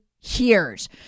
years